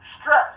stress